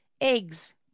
eggs